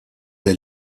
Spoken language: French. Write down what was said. est